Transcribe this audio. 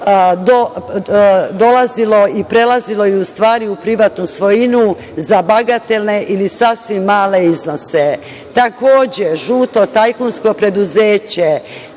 dolazilo i prelazilo je u privatnu svojinu za bagatelne ili sasvim male iznose. Takođe, žuto tajkunsko preduzeće